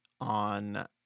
on